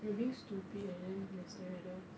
we were being stupid and then he was staring at us